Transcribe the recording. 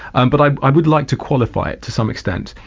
and but i i would like to qualify it to some extent.